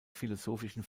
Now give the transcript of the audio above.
philosophischen